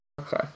Okay